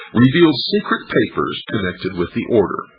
reveals secret papers connected with the order,